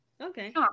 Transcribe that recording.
okay